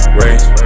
race